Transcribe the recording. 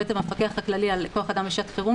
הוא המפקח הכללי על כוח אדם בשעת חירום